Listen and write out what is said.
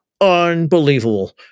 Unbelievable